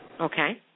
Okay